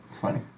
Funny